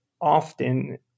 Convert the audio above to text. often